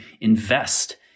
invest